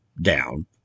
down